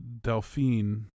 Delphine